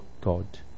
God